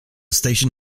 station